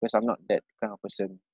cause I'm not that kind of person